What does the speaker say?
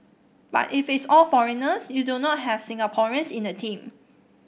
but if it's all foreigners you do not have Singaporeans in the team